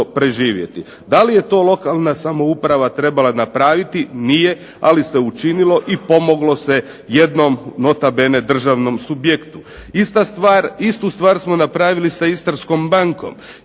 preživjeti. Da li je to lokalna samouprava trebala napraviti? Nije. Ali se učinilo i pomoglo se jednom nota bene državnom subjektu. Istu stvar smo napravili sa Istarskom bankom.